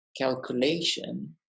calculation